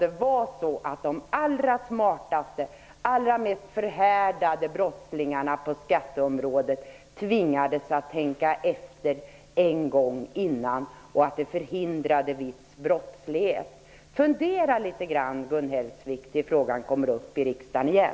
Det var de allra smartaste och allra mest förhärdade brottslingarna på skatteområdet som tvingades att tänka efter en gång till, och det förhindrade viss brottslighet. Fundera litet grand, Gun Hellsvik, tills frågan kommer upp i riksdagen igen.